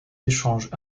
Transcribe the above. échanges